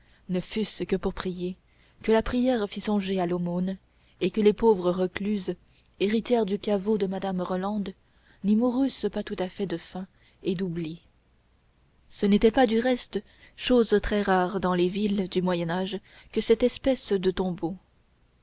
ne fût-ce que pour prier que la prière fît songer à l'aumône et que les pauvres recluses héritières du caveau de madame rolande n'y mourussent pas tout à fait de faim et d'oubli ce n'était pas du reste chose très rare dans les villes du moyen âge que cette espèce de tombeaux